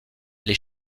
les